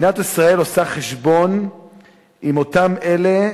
מדינת ישראל עושה חשבון עם אותם אלה